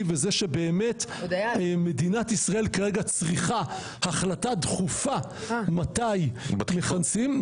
וזה שבאמת מדינת ישראל כרגע צריכה החלטה דחופה מתי מכנסים,